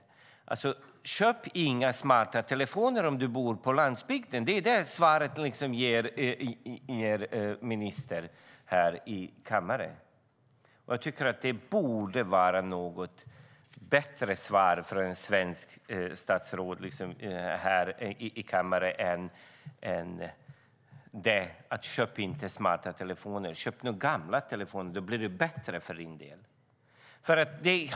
Köp alltså inga smarta telefoner om du bor på landsbygden - det är det svar som statsrådet ger här i kammaren. Jag tycker att ett statsråd i Sverige borde kunna ge ett bättre svar i kammaren än: Köp inte smarta telefoner; köp gamla telefoner, för då blir det bättre för din del.